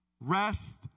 rest